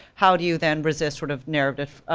how do you then, resist sort of narrative,